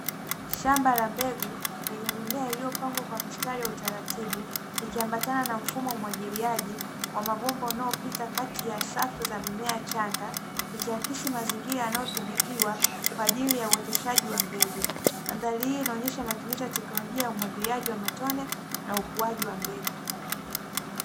Shamba la mbegu lenye mimea iliyopangwa kwa mistari ya utaratibu, ikiambatana na mfumo wa umwagiliaji wa mabomba unaopita kati ya safu za mimea changa, ikiakisi mazingira yanayodhibitiwa kwa ajili ya uoteshaji wa mbegu. Mandhari hii inaonyesha matumizi ya teknolojia ya umwagiliaji wa matone na ukuaji wa mbegu.